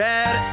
Red